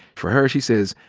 for her, she says,